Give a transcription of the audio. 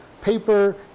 paper